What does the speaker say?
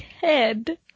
head